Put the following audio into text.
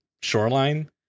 shoreline